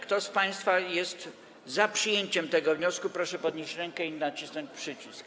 Kto z państwa jest za przyjęciem tego wniosku, proszę podnieść rękę i nacisnąć przycisk.